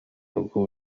uko